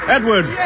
Edward